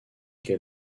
quel